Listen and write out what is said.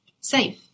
safe